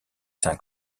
saint